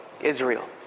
israel